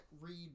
read